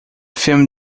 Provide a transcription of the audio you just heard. film